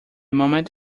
moment